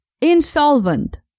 Insolvent